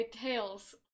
tails